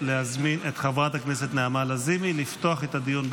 להזמין את חברת הכנסת נעמה לזימי לפתוח את הדיון.